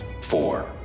four